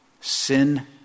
sin